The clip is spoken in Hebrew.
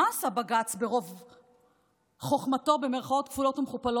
מה עשה בג"ץ ברוב "חוכמתו", מתוך